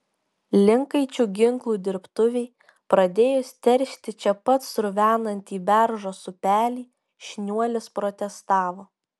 linkaičių ginklų dirbtuvei pradėjus teršti čia pat sruvenantį beržos upelį šniuolis protestavo